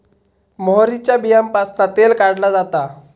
मोहरीच्या बीयांपासना तेल काढला जाता